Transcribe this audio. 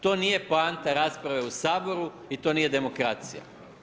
To nije poanta rasprave u Saboru i to nije demokracija.